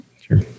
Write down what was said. Sure